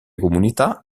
comunità